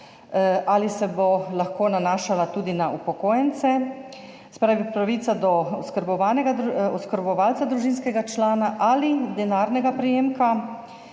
ali se bo lahko nanašala tudi na upokojence, se pravi, pravica do oskrbovalca družinskega člana ali denarnega prejemka,